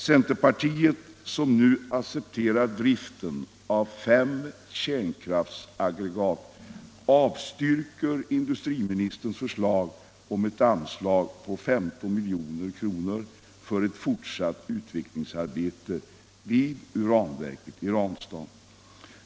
Centerpartiet, som nu accepterar driften av fem kärnkraftsaggregat, avstyrker industriministerns förslag om ett anslag på 15 milj.kr. för ett fortsatt utvecklingsarbete vid uranverket i Ranstad.